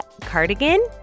cardigan